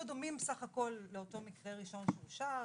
דומים בסך הכול לאותו מקרה ראשון שאושר,